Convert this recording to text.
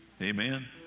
Amen